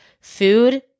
food